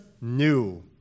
new